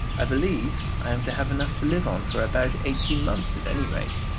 i believe i am to have enough to live on for about eighteen months at any rate,